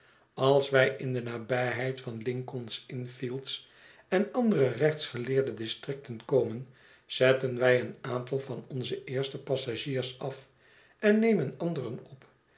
als wij in de nabijheid van lincoln s innfields en andere rechtsgeleerde districten komen zetten wij een aantal van onze eerste passagiers af en nemen anderen op